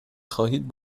خواهید